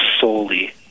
solely